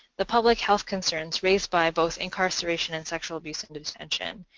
the public health concerns raised by both incarceration and sexual abuse in detention,